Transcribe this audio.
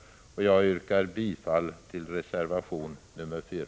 Jag yrkar bifall till reservation 4.